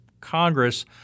Congress